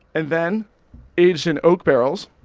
and then aged in oak barrels,